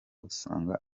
usanga